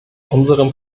unserem